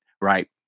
right